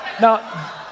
now